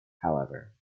however